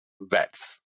vets